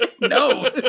No